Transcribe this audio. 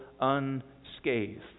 unscathed